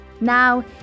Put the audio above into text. Now